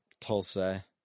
Tulsa